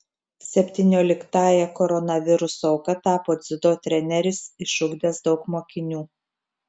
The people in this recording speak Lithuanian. septynioliktąja koronaviruso auka tapo dziudo treneris išugdęs daug mokinių